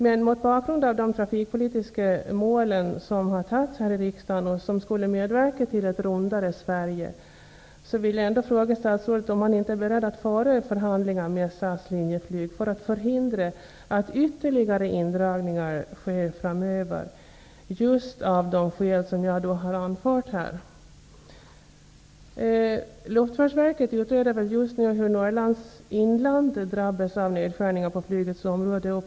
Men mot bakgrund av de trafikpolitiska mål som har slagits fast här i riksdagen och som skulle medverka till ett ''rundare'' Sverige vill jag fråga statrådet om han är beredd att föra förhandlingar med SAS Linjeflyg för att av just de skäl som jag här har anfört förhindra ytterligare indragningar framöver. Norrlands inland drabbas av nedskärningar på flygets område.